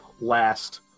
last